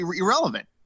irrelevant